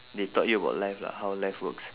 they taught you about life lah how life works